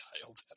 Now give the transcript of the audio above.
child